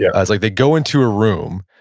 yeah as like they go into a room,